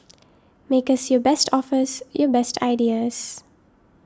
make us your best offers your best ideas